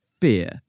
fear